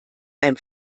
beim